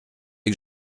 que